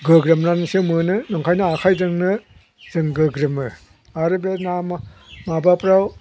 गोग्रोमनानैसो मोनो ओंखायोनो आखाइजोंनो जों गोग्रोमो आरो बे ना माबाफ्राव